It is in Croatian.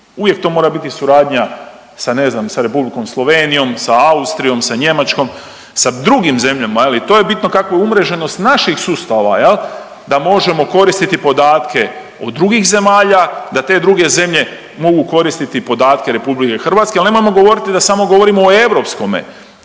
Uvijek to mora biti suradnja sa ne znam sa Republikom Slovenijom, sa Austrijom, sa Njemačkom, sa drugim zemljama je li i to je bitno kakva je umreženost naših sustava jel da možemo koristiti podatke od drugih zemalja, da te druge zemlje mogu koristiti podatke RH, ali nemojmo govoriti da samo govorimo o europskome,